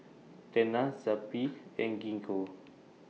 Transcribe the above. Tena Zappy and Gingko